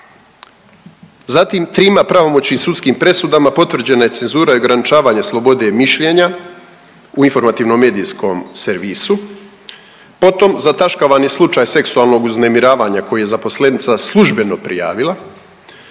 Zatim trima pravomoćnom sudskim presudama potvrđena je cenzura i ograničivanje slobode mišljenja u informativno medijskom servisu. Potom zataškavan je slučaj seksualnog uznemiravanja koji je zaposlenica službenica prijavila.